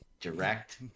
direct